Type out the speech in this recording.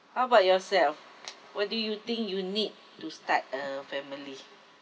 how about yourself what do you think you need to start a family